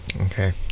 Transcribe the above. Okay